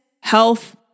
health